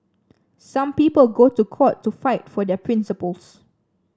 some people go to court to fight for their principles